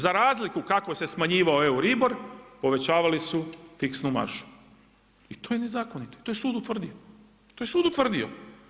Za razliku kako se smanjivao Euribor povećavali su fiksnu maržu i to je nezakonito, to je sud utvrdio, to je sud utvrdio.